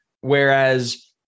whereas